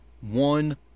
one